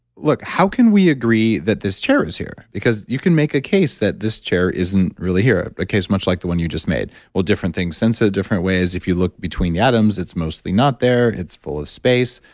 look, how can we agree that this chair is here? because you can make a case that this chair isn't really here, ah a case much like the one you just made. well, different things sense it ah different ways. if you look between the atoms, it's mostly not there. it's full of space.